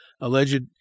alleged